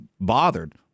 bothered